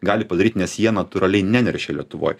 gali padaryt nes jie natūraliai neneršia lietuvoj